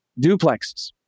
duplexes